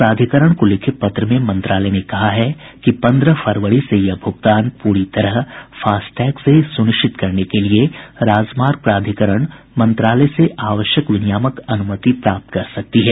प्राधिकरण को लिखे पत्र में मंत्रालय ने कहा है कि पन्द्रह फरवरी से यह भुगतान प्ररी तरह फास्टैग से ही सुनिश्चित करने के लिए राजमार्ग प्राधिकरण मंत्रालय से आवश्यक विनियामक अनुमति प्राप्त कर सकती है